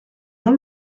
jean